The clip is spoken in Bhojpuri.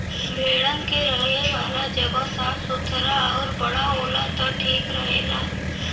भेड़न के रहे वाला जगह साफ़ सुथरा आउर बड़ा होला त ठीक रहला